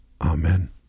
Amen